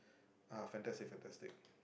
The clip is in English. ah fantastic fantastic